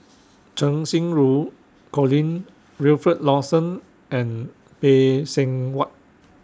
Cheng Xinru Colin Wilfed Lawson and Phay Seng Whatt